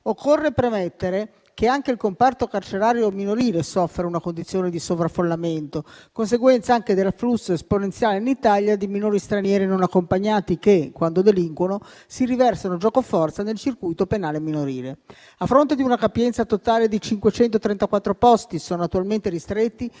Occorre premettere che anche il comparto carcerario minorile soffre una condizione di sovraffollamento, anche in conseguenza dell'afflusso esponenziale in Italia di minori stranieri non accompagnati, che quando delinquono si riversano giocoforza nel circuito penale minorile. A fronte di una capienza totale di 534, posti sono attualmente ristretti